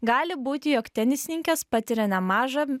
gali būti jog tenisininkės patiria nemažą